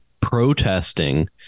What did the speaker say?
protesting